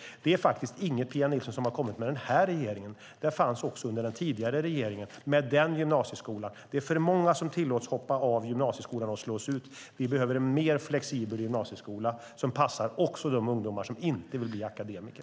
Det är faktiskt inget, Pia Nilsson, som har kommit med den här regeringen. Det fanns också under den tidigare regeringen, med den gymnasieskola som fanns då. Det är för många som tillåts hoppa av gymnasieskolan och som slås ut. Vi behöver en mer flexibel gymnasieskola som passar också de ungdomar som inte vill bli akademiker.